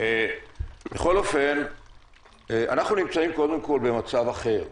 אנחנו נמצאים במצב אחר,